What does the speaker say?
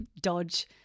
dodge